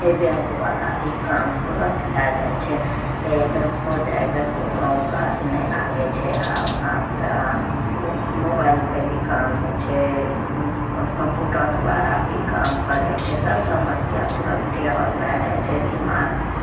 हे बैंकवला भी काम तुरन्त भए जाइ छै हे बैंको जायके कोनो काज नहि लागै छै आब आब तऽ मो मोबाइलपे भी काम होइ छै कोनो कम्प्यूटर द्वारा भी काम करै छै सभ समस्या तुरन्ते हल भए जाइ छै दिमाग